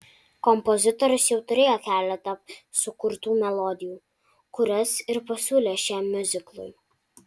kompozitorius jau turėjo keletą sukurtų melodijų kurias ir pasiūlė šiam miuziklui